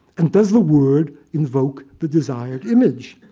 and does the word invoke the desired image?